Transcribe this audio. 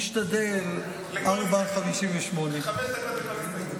נשתדל 4:58. חמש דקות לכל הסתייגות.